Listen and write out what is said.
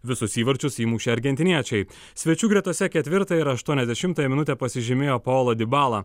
visus įvarčius įmušė argentiniečiai svečių gretose ketvirtą ir aštuoniasdešimtąją minutę pasižymėjo paulo dibala